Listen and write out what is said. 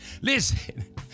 listen